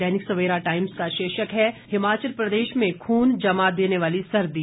दैनिक Savera Times का शीर्षक है हिमाचल प्रदेश में खून जमा देने वाली सर्दी